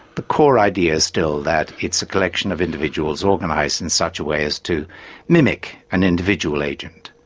the core idea is still that it's a collections of individuals organised in such a way as to mimic an individual agent.